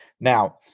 Now